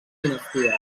dinasties